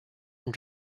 and